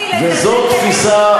וזאת תפיסה,